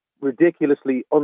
ridiculously